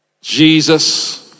Jesus